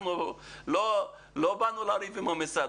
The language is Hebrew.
אנחנו לא באנו לריב עם המשרד.